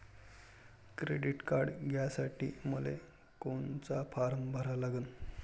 Credit card घ्यासाठी मले कोनचा फारम भरा लागन?